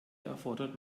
erfordert